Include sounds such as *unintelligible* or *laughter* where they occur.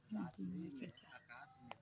*unintelligible*